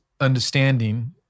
understanding